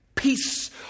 Peace